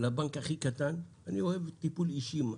לבנק הכי קטן, אני אוהב טיפול אישי.